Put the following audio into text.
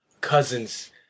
cousins